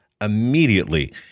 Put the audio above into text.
immediately